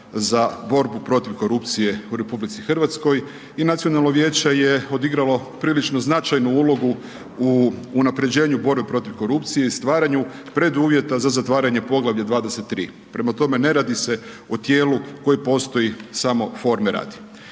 za borbu protiv korupcije u RH i nacionalno vijeće je odigralo prilično značajnu ulogu u unapređenju borbe protiv korupcije i stvaranju preduvjeta za zatvaranje poglavlja 23., prema tome ne radi se o tijelu koje postoji samo forme radi.